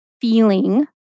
feeling